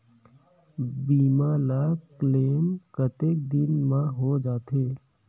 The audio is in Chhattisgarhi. बीमा ला क्लेम कतेक दिन मां हों जाथे?